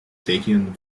taken